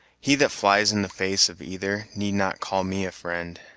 he that flies in the face of either need not call me a friend.